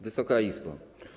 Wysoka Izbo!